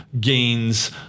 gains